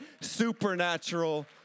supernatural